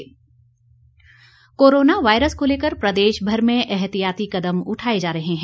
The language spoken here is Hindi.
कोरोना वायरस कोरोना वायरस को लेकर प्रदेशभर में ऐहतियाति कदम उठाए जा रहे हैं